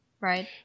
Right